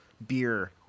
Beer